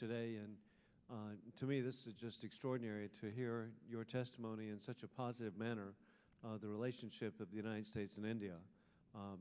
today and to me this is just extraordinary to hear your testimony in such a positive manner the relationship of the united states and india